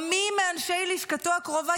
או מי מאנשי לשכתו הקרובה,